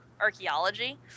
Archaeology